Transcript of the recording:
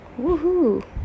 Woohoo